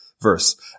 verse